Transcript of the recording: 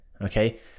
okay